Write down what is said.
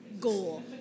goal